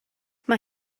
mae